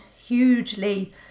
hugely